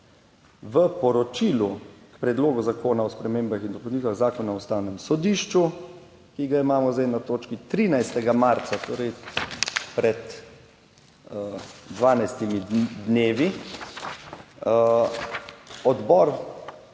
v poročilu k Predlogu zakona o spremembah in dopolnitvah Zakona o Ustavnem sodišču, ki ga imamo zdaj na točki, 13. marca, torej pred 12 dnevi, odbor,